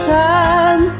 time